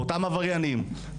באותם עבריינים,